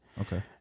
Okay